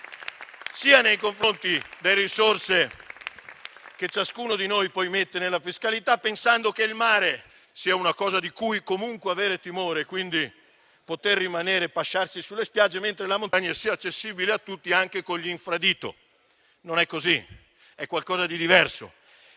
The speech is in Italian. sia nei confronti delle risorse che ciascuno di noi mette nella fiscalità, pensando che il mare sia una cosa di cui comunque avere timore, quindi meglio rimanere sulle spiagge, mentre la montagna sia accessibile a tutti, anche con gli infradito. Non è così, è qualcosa di diverso.